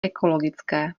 ekologické